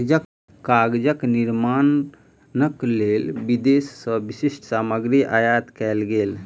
कागजक निर्माणक लेल विदेश से विशिष्ठ सामग्री आयात कएल गेल